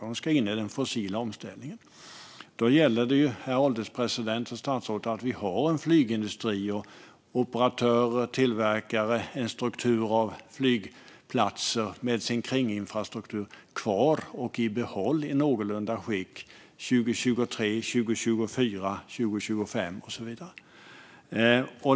Det ska in i omställningen från det fossila. Då gäller det, herr ålderspresident och statsrådet, att vi har en flygindustri, operatörer, tillverkare och en struktur av flygplatser med kringinfrastruktur kvar och i behåll i någorlunda skick 2023, 2024, 2025 och så vidare.